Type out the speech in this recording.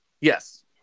Yes